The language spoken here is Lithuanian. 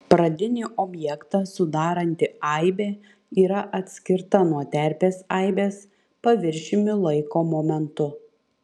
pradinį objektą sudaranti aibė yra atskirta nuo terpės aibės paviršiumi laiko momentu